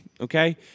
okay